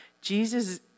Jesus